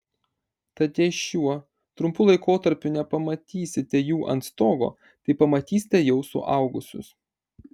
tad jei šiuo trumpu laikotarpiu nepamatysite jų ant stogo tai pamatysite jau suaugusius